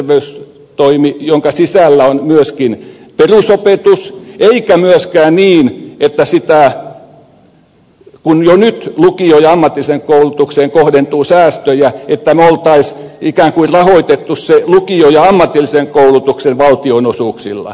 ja terveystoimesta jonka sisällä on myöskin perusopetus eikä myöskään niin että kun jo nyt lukio ja ammatilliseen koulutukseen kohdentuu säästöjä niin me olisimme ikään kuin rahoittaneet sen lukio ja ammatillisen koulutuksen valtionosuuksilla